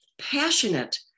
passionate